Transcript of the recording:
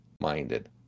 minded